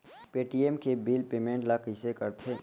Paytm के bill payment ल कइसे करथे?